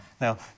Now